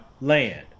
land